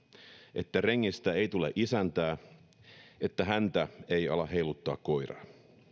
että rengistä ei tule isäntää että häntä ei ala heiluttaa koiraa